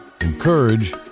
encourage